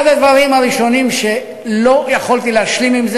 אחד הדברים הראשונים שלא יכולתי להשלים אתם,